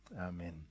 amen